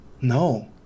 no